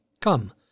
Come